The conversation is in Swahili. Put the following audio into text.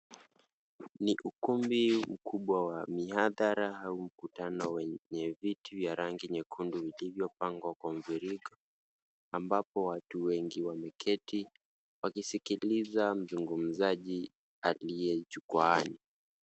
Ni ukumbi mkubwa wa mihadhara au mkutano wenye viti vya rangi nyekundu vilivyopangwa kwa mviringo bamabapo watu wengi wameketi wakisikiliza mzungumzaji aliye jukwaani.